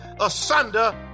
asunder